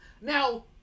Now